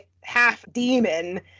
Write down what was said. half-demon